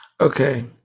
Okay